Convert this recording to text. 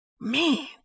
man